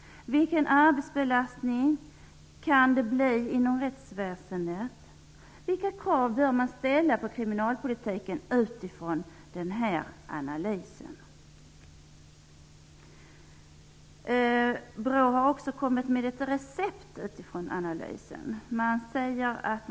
Vilken arbetsbelastning kan det komma att bli inom rättsväsendet? --Vilka krav bör ställas på kriminalpolitiken utifrån den här analysen? BRÅ har utifrån denna analys också utfärdat ett recept.